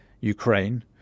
Ukraine